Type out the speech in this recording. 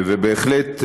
ובהחלט,